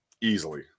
Easily